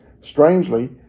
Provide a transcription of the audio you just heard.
Strangely